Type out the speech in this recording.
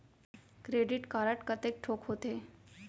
Credit card कतेक ठोक होथे?